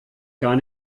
gar